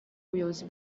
buyobozi